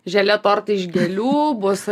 želė tortai iš gėlių bus